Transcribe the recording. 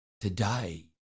today